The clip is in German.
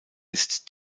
ist